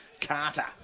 Carter